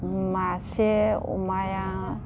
मासे अमाया